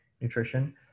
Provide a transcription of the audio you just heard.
nutrition